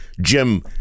Jim –